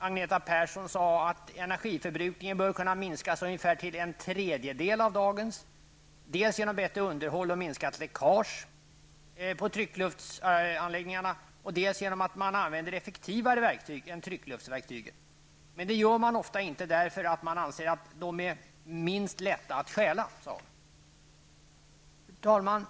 Agneta Persson sade att energiförbrukningen bör kunna minskas till ungefär en tredjedel av dagens, dels genom bättre underhåll och minskat läckage på tryckluftsanläggningarna, dels genom att man använder effektivare verktyg än tryckluftsverktygen. Men det gör man ofta inte därför att man anser att tryckluftverktygen är minst lätta att stjäla. Fru talman!